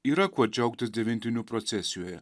yra kuo džiaugtis devintinių procesijoje